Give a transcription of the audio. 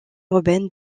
urbaine